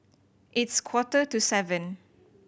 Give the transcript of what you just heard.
its quarter to seven